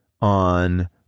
on